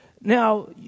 Now